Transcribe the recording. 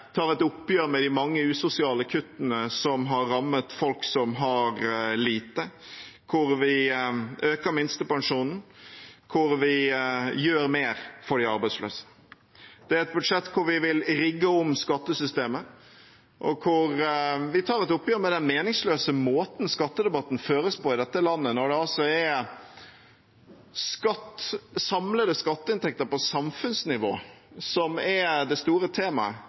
tar et oppgjør med de mange usosiale kuttene som har rammet folk som har lite, hvor vi øker minstepensjonen, og hvor vi gjør mer for de arbeidsløse. Det er et budsjett hvor vi vil rigge om skattesystemet, og hvor vi tar et oppgjør med den meningsløse måten skattedebatten føres på i dette landet når det altså er samlede skatteinntekter på samfunnsnivå som er det store temaet,